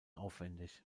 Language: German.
aufwändig